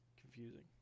confusing